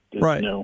right